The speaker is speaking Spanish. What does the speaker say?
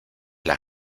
las